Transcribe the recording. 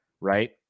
Right